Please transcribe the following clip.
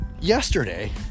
yesterday